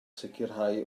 sicrhau